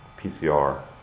PCR